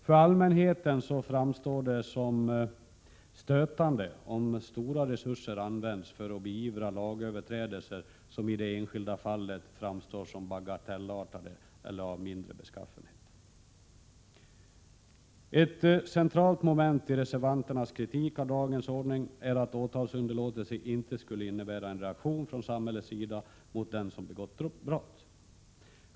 För allmänheten framstår det som stötande, om stora resurser används för att beivra lagöverträdelser som i det enskilda fallet framstår som bagatellartade eller av mindre beskaffenhet. Ett centralt moment i reservanternas kritik av dagens ordning är att åtalsunderlåtelse inte skulle innebära en reaktion från samhällets sida mot den som har begått brott.